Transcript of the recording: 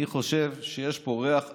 אני חושב שיש פה ריח עצום,